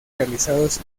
realizados